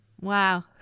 Wow